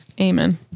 Amen